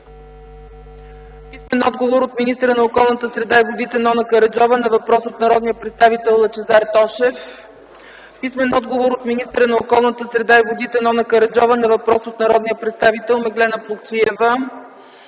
писмен отговор от министъра на околната среда и водите Нона Караджова на въпрос от народния представител Лъчезар Тошев; - писмен отговор от министъра на околната среда и водите Нона Караджова на въпрос от народния представител Меглена Плугчиева;